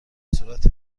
صورت